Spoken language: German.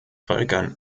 völkern